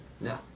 No